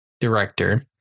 director